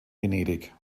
venedig